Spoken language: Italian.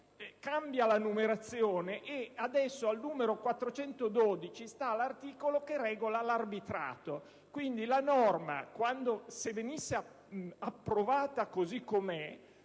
cambia la numerazione e adesso al 412 sta l'articolo che regola l'arbitrato. Quindi, se la norma venisse approvata così com'è,